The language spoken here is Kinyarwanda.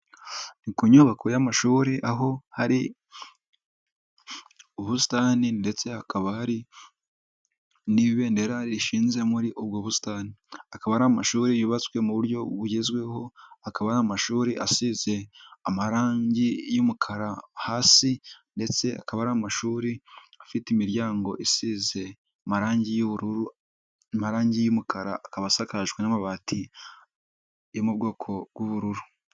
Ni ku nyubako y'amashuri hari ubusitani ndetse hakaba hari n'ibendera rishinze muri ubwo busitani. Akaba ari amashuri yubatswe mu buryo bugezweho, akaba ari amashuri asize amarangi y'umukara hasi ndetse akaba ari amashuri afite imiryango isize amarangi y'ubururu, amarangi y'umukara, akaba asakajwe n'amabati yo mu bwoko bw'ubururu.